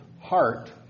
heart